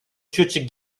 счетчик